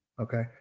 Okay